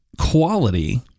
quality